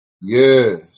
Yes